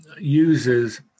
uses